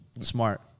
Smart